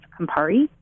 campari